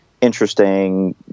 interesting